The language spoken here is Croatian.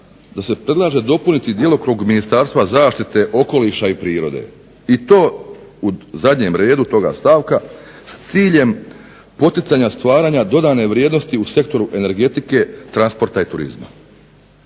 da se predlaže dopuniti djelokrug Ministarstva zaštite okoliša i prirode i to u zadnjem redu toga stavka s ciljem poticanja stvaranja dodane vrijednosti u sektoru energetike, transporta i turizma.